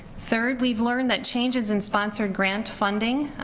third, we've learned that changes in sponsored grant funding,